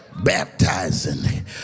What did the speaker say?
baptizing